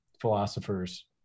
philosophers